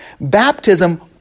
baptism